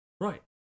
Right